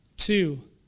two